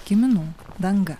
kiminų danga